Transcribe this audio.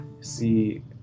See